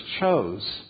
chose